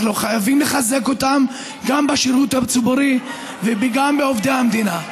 אנחנו חייבים לחזק אותם גם בשירות הציבורי וגם בין עובדי המדינה.